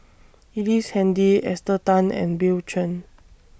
Ellice Handy Esther Tan and Bill Chen